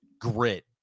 grit